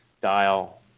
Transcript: dial